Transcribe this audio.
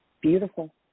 beautiful